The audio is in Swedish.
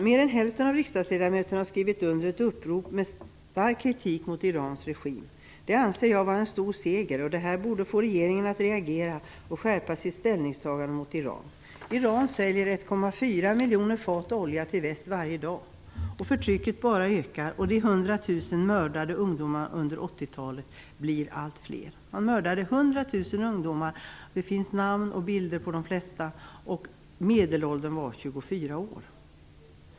Mer än hälften av riksdagsledamöterna har skrivit under ett upprop med stark kritik mor Irans regim. Det anser jag vara en stor seger. Det här borde få regeringen att reagera och skärpa sitt ställningstagande mot Iran. Iran säljer 1,4 miljoner fat olja till väst varje dag. Förtrycket bara ökar och de mördade ungdomarna blir allt fler. Under 1980-talet mördades 100 000 ungdomar. Det finns namn och bilder på de flesta. Medelåldern på de mördade var 24 år.